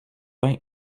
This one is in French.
pain